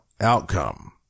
outcome